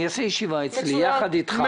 אני אעשה ישיבה אצלי יחד אתך,